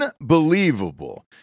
unbelievable